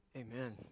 Amen